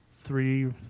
three